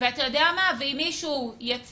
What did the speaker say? מעונות יום זכאיים,